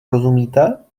rozumíte